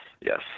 yes